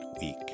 week